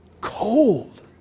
Cold